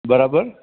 બરોબર